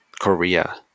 Korea